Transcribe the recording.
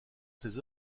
ses